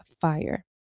fire